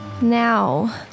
Now